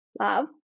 love